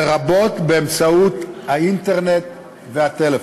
לרבות באמצעות האינטרנט והטלפון.